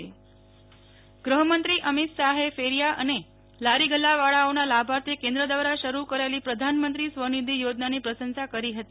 નેહ્લ ઠક્કર અમતિ શાહ સ્વનિધિ ગૃહમંત્રી અમિત શાહે ફેરિયા અને લારી ગલ્લાવાળાઓના લાર્ભાર્થે કેન્દ્ર દ્વારા શરૂ કરાયેલી પ્રધાનમંત્રી સ્વનિધિ યોજનાની પ્રશંસા કરી હતી